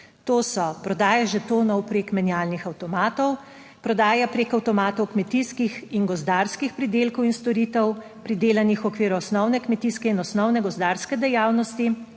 To so prodaje žetonov prek menjalnih avtomatov, prodaja preko avtomatov kmetijskih in gozdarskih pridelkov in storitev pridelanih v okviru osnovne kmetijske in osnovne gozdarske dejavnosti